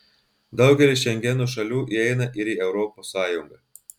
daugelis šengeno šalių įeina ir į europos sąjungą